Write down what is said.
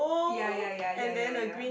ya ya ya ya ya ya